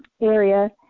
area